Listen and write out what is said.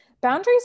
boundaries